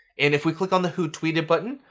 and if we click on the who tweeted button,